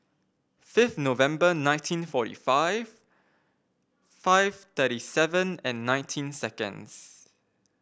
fifth November nineteen forty five five thirty seven and nineteen seconds